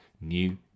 new